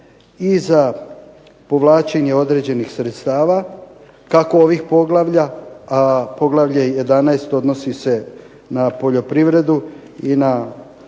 i za povlačenje određenih sredstava kako ovih poglavlja, a poglavlje 11. odnosi se na poljoprivredu i na